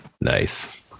Nice